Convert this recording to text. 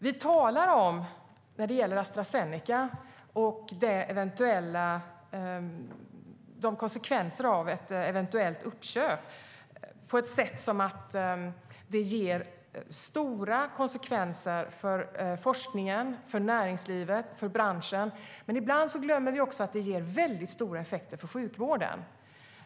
Vi talar om Astra Zeneca och ett eventuellt uppköp som att det får stora konsekvenser för forskningen, för näringslivet och för branschen, men ibland glömmer vi att det också ger väldigt stora effekter för sjukvården.